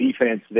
defense